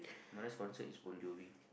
my next concert is Bon-Jovi